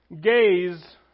Gaze